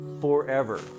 forever